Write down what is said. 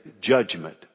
judgment